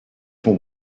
for